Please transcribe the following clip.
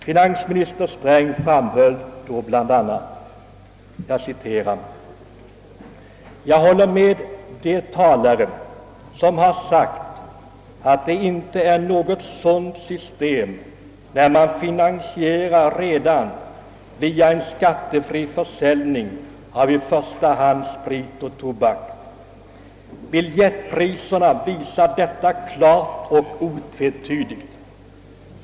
Finansminister Sträng framhöll då bl.a.: »Jag håller med de talare som har sagt att det inte är något sunt system när man finansierar resan via en skattefri försäljning av i första hand sprit och tobak. Biljettpriserna visar detta klart och otvetydigt.